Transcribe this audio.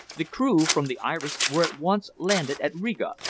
the crew from the iris were at once landed at riga,